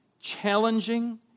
challenging